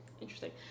Interesting